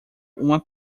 uma